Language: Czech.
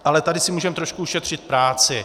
Ale tady si můžeme trošku ušetřit práci.